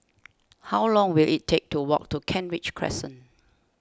how long will it take to walk to Kent Ridge Crescent